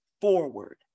forward